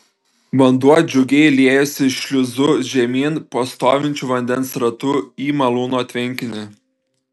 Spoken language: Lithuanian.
vanduo džiugiai liejosi šliuzu žemyn po stovinčiu vandens ratu į malūno tvenkinį